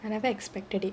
I never expected it